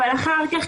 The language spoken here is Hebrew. אבל אחר כך,